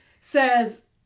says